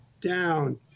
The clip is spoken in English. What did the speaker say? down